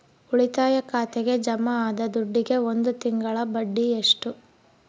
ಉಳಿತಾಯ ಖಾತೆಗೆ ಜಮಾ ಆದ ದುಡ್ಡಿಗೆ ಒಂದು ತಿಂಗಳ ಬಡ್ಡಿ ಎಷ್ಟು?